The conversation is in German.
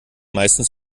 meistens